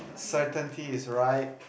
certainty is right